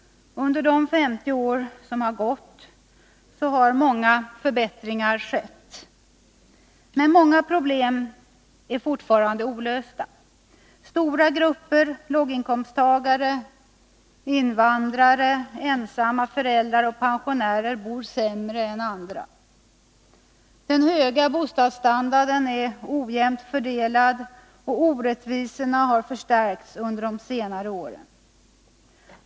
Under de 50 år som har gått har många förbättringar skett. Men många problem är fortfarande olösta. Stora grupper — låginkomsttagare, invandrare, ensamma föräldrar och pensionärer — bor sämre än andra. Den höga bostadsstandarden är ojämnt fördelad, och orättvisorna har förstärkts under de senare åren.